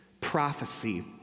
prophecy